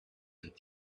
and